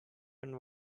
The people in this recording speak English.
and